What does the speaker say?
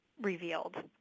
revealed